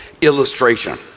illustration